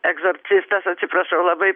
egzorcistas atsiprašau labai